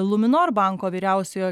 luminor banko vyriausiojo